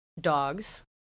dogs